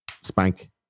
Spank